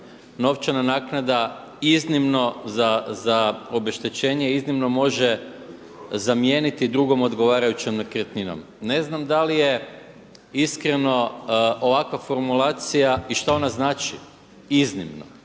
novčana naknada iznimno za obeštećenje iznimno može zamijeniti drugom odgovarajućom nekretninom. Ne znam da li je iskreno ovakva formulacija i šta ona znači iznimno?